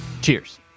Cheers